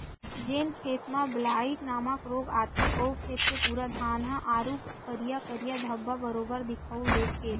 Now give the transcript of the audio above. जेन खेत म ब्लाईट नामक रोग आथे ओ खेत के पूरा धान ह आरुग करिया करिया धब्बा बरोबर दिखउल देथे